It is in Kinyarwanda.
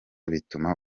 bituma